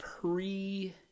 pre-